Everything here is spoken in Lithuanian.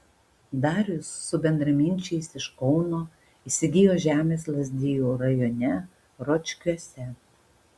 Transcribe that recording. darius su bendraminčiais iš kauno įsigijo žemės lazdijų rajone ročkiuose